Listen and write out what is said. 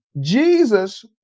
Jesus